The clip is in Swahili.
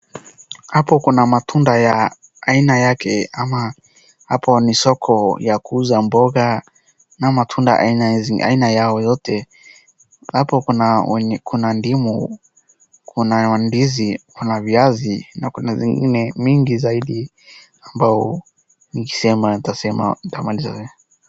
Hapo kuna matunda ya aina yake ama hapo ni soko ya kuuza mboga na matunda aina yao yote, hapo kuna ndimu, kuna ndizi kuna viazi na kuna zingine mingi zaidi ambao nikisema nitamaliza yote.